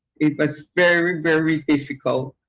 it was very, very difficult.